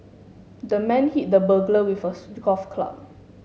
the man hit the burglar with a golf club